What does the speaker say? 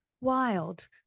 wild